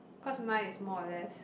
cause mine is more or less